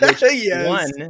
one